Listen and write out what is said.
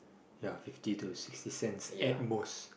ya fifty to sixty cents at most